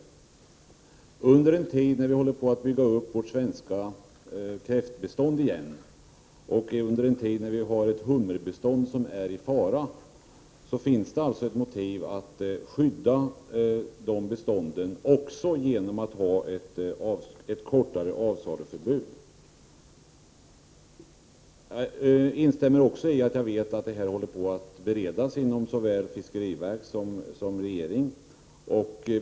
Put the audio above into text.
Under en tidsperiod när vi håller på att bygga upp vårt svenska kräftbestånd och när hummerbeståndet är i fara, är det således motiverat att skydda beståndet genom att ha ett kortare avsaluförbud. Denna fråga håller som nämnts på att beredas inom såväl fiskeristyrelsen som regeringskansliet.